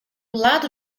lado